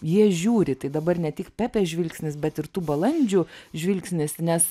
jie žiūri tai dabar ne tik pepės žvilgsnis bet ir tų balandžių žvilgsnis nes